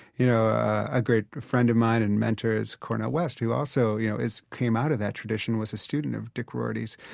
you know, a great friend of mine and mentor is cornel west, who also you know came out of that tradition, was a student of dink rorty's.